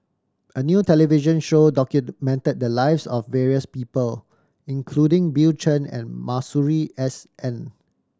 a new television show documented the lives of various people including Bill Chen and Masuri S N